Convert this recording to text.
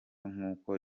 nk’uko